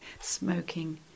smoking